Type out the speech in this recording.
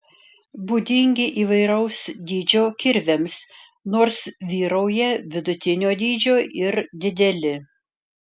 būdingi įvairaus dydžio kirviams nors vyrauja vidutinio dydžio ir dideli